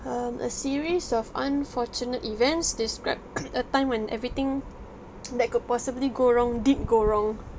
um a series of unfortunate events described a time when everything that could possibly go wrong did go wrong